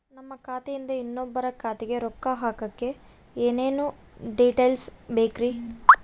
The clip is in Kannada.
ನಮ್ಮ ಖಾತೆಯಿಂದ ಇನ್ನೊಬ್ಬರ ಖಾತೆಗೆ ರೊಕ್ಕ ಹಾಕಕ್ಕೆ ಏನೇನು ಡೇಟೇಲ್ಸ್ ಬೇಕರಿ?